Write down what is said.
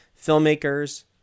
Filmmakers